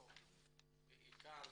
נתחיל בעיקר